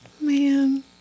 Man